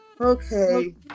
Okay